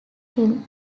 him